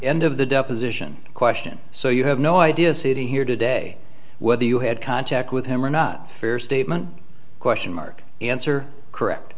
end of the deposition question so you have no idea sitting here today whether you had contact with him or not fair statement question mark answer correct